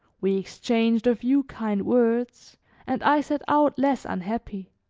we exchanged a few kind words and i set out less unhappy.